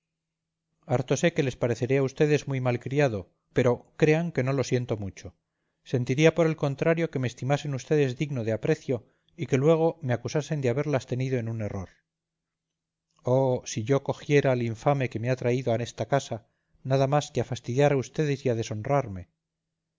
harto sé que les pareceré a ustedes muy mal criado pero crean que no lo siento mucho sentiría por el contrario que me estimasen ustedes digno de aprecio y que luego me acusasen de haberlas tenido en un error oh si yo cogiera al infame que me ha traído a esta casa nada más que a fastidiar a ustedes y a deshonrarme